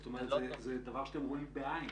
זאת אומרת שזה דבר שאתם רואים בעין.